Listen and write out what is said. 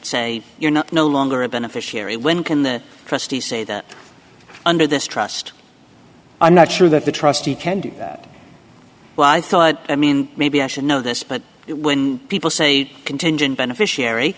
say you're not no longer a beneficiary when can the trustee say that under this trust i'm not sure that the trustee can do that but i thought i mean maybe i should know this but when people say contingent beneficiary